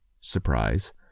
surprise